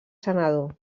senador